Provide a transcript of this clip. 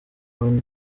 when